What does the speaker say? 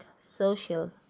social